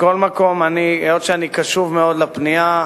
מכל מקום, היות שאני קשוב מאוד לפנייה,